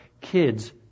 kids